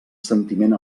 sentiment